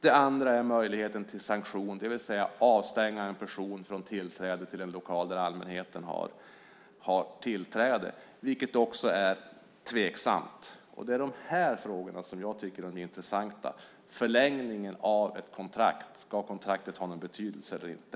Det andra är möjligheten till sanktion, det vill säga att avstänga en person från tillträde till en lokal dit allmänheten har tillträde. Det är också tveksamt. Det är de här frågorna som jag tycker är intressanta. Det handlar om förlängningen av ett kontrakt. Ska kontraktet ha någon betydelse eller inte?